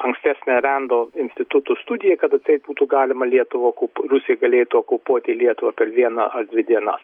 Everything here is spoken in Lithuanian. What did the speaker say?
ankstesnę rendo institutų studiją kad atseit būtų galima lietuvą okup rusija galėtų okupuoti lietuvą per vieną ar dvi dienas